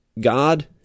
God